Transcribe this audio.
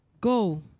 Go